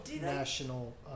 National